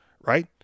right